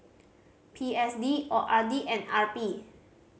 P S D O R D and R P